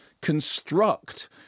construct